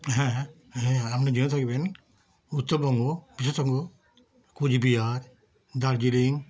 হ্যাঁ হ্যাঁ হ্যাঁ এ আপনি জেনে থাকবেন উত্তরবঙ্গ বিশেষত কোচবিহার দার্জিলিং